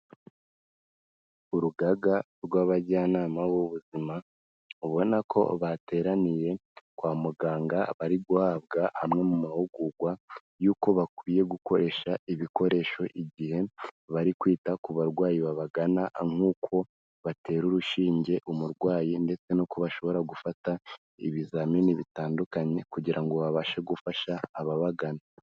Urugaga rw'abajyanama b'ubuzima, ubona ko bateraniye kwa muganga, bari guhabwa amwe mu mahugurwa y'uko bakwiye gukoresha ibikoresho igihe bari kwita ku barwayi babagana, nk'uko batera urushinge umurwayi, ndetse n'uko bashobora gufata ibizamini bitandukanye, kugira ngo babashe gufasha ababagana.